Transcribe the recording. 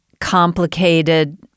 complicated